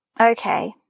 Okay